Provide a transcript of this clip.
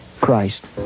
Christ